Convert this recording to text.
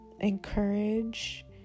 encourage